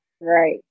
Right